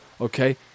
okay